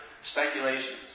speculations